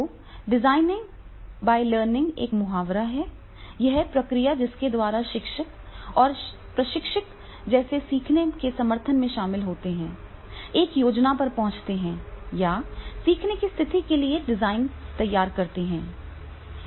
तो designing by learning एक मुहावरा है यह प्रक्रिया जिसके द्वारा शिक्षक और प्रशिक्षक जैसे सीखने के समर्थन में शामिल होते हैं एक योजना पर पहुंचते हैं या सीखने की स्थिति के लिए डिजाइन तैयार करते हैं